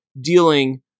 dealing